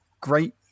great